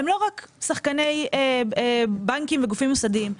הם לא רק שחקני בנקים וגופים מוסדיים.